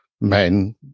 men